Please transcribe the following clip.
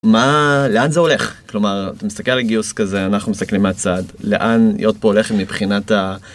מה לאן זה הולך כלומר אתה מסתכל על הגיוס כזה אנחנו מסתכלים מהצעד לאן יוטפו הולכת מבחינת.